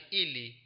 ili